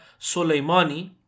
Soleimani